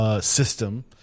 system